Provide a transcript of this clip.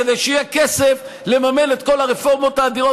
כדי שיהיה כסף לממן את כל הרפורמות האדירות